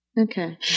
Okay